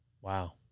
Wow